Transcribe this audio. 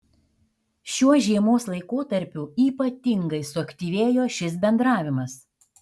šiuo žiemos laikotarpiu ypatingai suaktyvėjo šis bendravimas